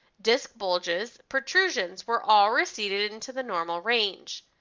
disc bulges, protrusions, were all receded into the normal range.